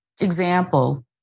example